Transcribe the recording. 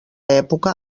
època